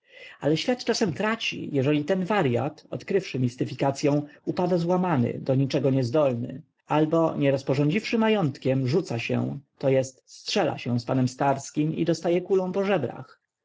ale świat czasem traci jeżeli ten waryat odkrywszy mistyfikacyą upada złamany do niczego nie zdolny albo nie rozporządziwszy majątkiem rzuca się to jest strzela się z panem starskim i dostaje kulą po żebrach